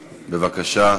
בבקשה.